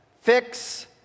Fix